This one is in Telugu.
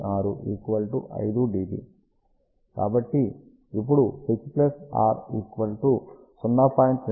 286 5 dB కాబట్టి ఇప్పుడు h r 0